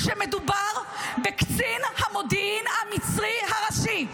שמדובר בקצין המודיעין המצרי הראשי,